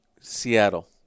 Seattle